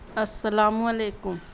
السلام علیکم